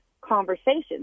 conversations